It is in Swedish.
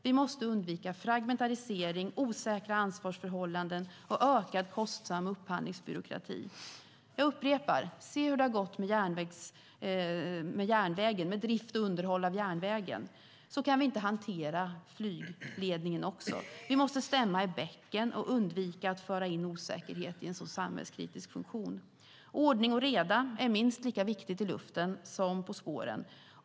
Vi måste undvika fragmentisering, osäkra ansvarsförhållanden och ökad kostsam upphandlingsbyråkrati. Jag upprepar: Se hur det gått med drift och underhåll av järnvägen! Så kan vi inte hantera även flygledningen. Vi måste stämma i bäcken och undvika att föra in osäkerhet i en så samhällskritisk funktion. Ordning och reda är minst lika viktigt i luften som på spåren.